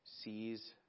sees